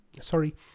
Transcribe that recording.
Sorry